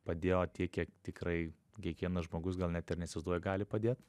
padėjo tiek kiek tikrai kiek vienas žmogus gal net ir neįsivaizduoja gali padėt